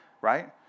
Right